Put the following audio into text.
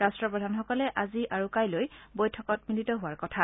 ৰাষ্টপ্ৰধানসকলে আজি আৰু কাইলৈ বৈঠকত মিলিত হোৱাৰ কথা